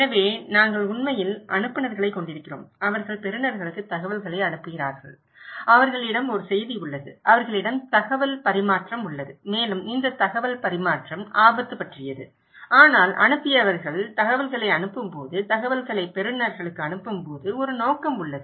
எனவே நாங்கள் உண்மையில் அனுப்புநர்களைக் கொண்டிருக்கிறோம் அவர்கள் பெறுநர்களுக்கு தகவல்களை அனுப்புகிறார்கள் அவர்களிடம் ஒரு செய்தி உள்ளது அவர்களிடம் தகவல் பரிமாற்றம் உள்ளது மேலும் இந்த தகவல் பரிமாற்றம் ஆபத்து பற்றியது ஆனால் அனுப்பியவர்கள் தகவல்களை அனுப்பும்போது தகவல்களை பெறுநர்களுக்கு அனுப்பும்போது ஒரு நோக்கம் உள்ளது